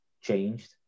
changed